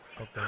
Okay